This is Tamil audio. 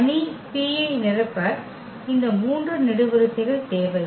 எனவே அணி P ஐ நிரப்ப இந்த 3 நெடுவரிசைகள் தேவை